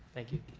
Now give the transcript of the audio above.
thank you.